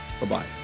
Bye-bye